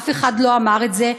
אף אחד לא אמר את זה.